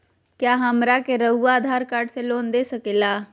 क्या हमरा के रहुआ आधार कार्ड से लोन दे सकेला?